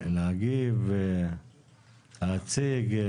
להגיב ולהציג.